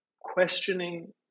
questioning